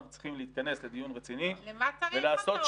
אנחנו צריכים להתכנס לדיון רציני -- למה צריך אותו?